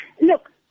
Look